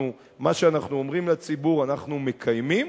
מה שאנחנו אומרים לציבור אנחנו מקיימים,